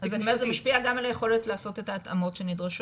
אז אני אומרת זה משפיע גם על היכולת לעשות את ההתאמות הנדרשות,